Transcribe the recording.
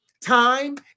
time